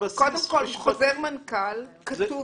בסיס משפטי --- קודם כול בחוזר מנכ"ל כתוב